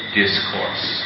discourse